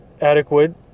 adequate